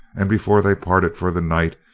and before they parted for the night,